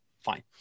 fine